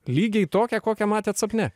lygiai tokią kokią matėt sapne